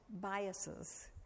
biases